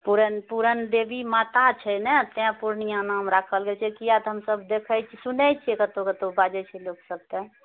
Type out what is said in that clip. पूरण पूरण देवी माता छै नहि तैँ पूर्णिया नाम राखल गेल छै किआ तऽ हमसब देखए छी सुनय छिऐ कतहुँ कतहुँ बाजए छै लोकसब तऽ